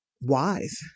wise